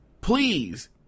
please